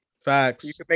Facts